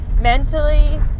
mentally